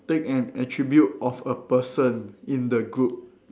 take an attribute of a person in the group